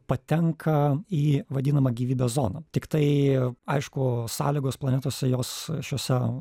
patenka į vadinamą gyvybės zoną tiktai aišku sąlygos planetose jos šiose